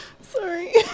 Sorry